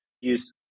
use